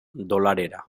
dolarera